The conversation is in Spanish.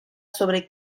sobre